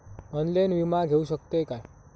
Online विमा घेऊ शकतय का?